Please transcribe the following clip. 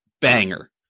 banger